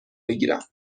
بگیرم